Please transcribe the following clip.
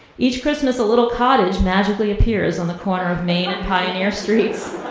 each christmas, a little cottage magically appears on the corner of main and pioneer streets.